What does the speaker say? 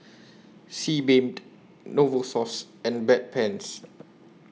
Sebamed Novosource and Bedpans